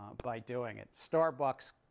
by doing it. starbucks,